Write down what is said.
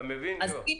אתה מבין, ליאור?